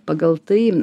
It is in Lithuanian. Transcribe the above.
pagal tai